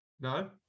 No